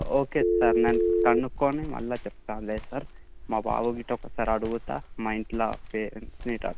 okay sir నేను కనుక్కొని మళ్ళీ చెప్తాలే సార్ మా బాబు గిట్లా ఒక్కసారి అడుగుతాను మా ఇంట్లో పేరెంట్స్ని